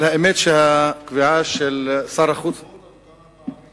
אבל האמת שהקביעה של שר החוץ כמה פעמים,